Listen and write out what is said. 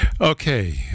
Okay